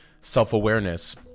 self-awareness